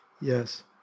Yes